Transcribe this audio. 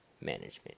management